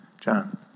John